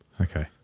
okay